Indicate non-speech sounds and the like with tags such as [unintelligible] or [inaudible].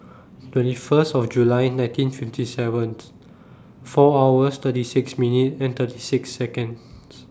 twenty First of July nineteen fifty seven [unintelligible] four hours thirty six minute and thirty six Seconds